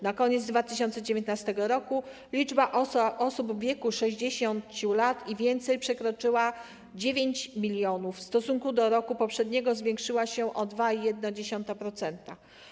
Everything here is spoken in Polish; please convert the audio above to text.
Na koniec 2019 r. liczba osób w wieku 60 lat i więcej przekroczyła 9 mln i w stosunku do roku poprzedniego zwiększyła się o 2,1%.